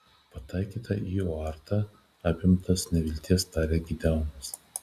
pataikyta į aortą apimtas nevilties tarė gideonas